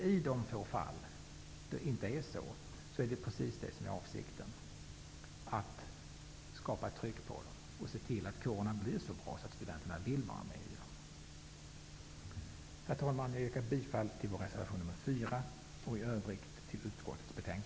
I de få fall som det inte blir så, är avsikten att det skall skapas ett sådant tryck på kårerna att de blir så bra att studenterna vill vara med i dem. Herr talman! Jag yrkar bifall till vår reservation nr